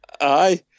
Aye